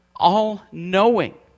All-knowing